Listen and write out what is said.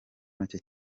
make